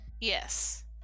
Yes